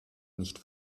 nicht